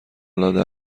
العاده